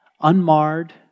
unmarred